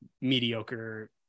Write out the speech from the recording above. mediocre